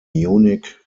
munich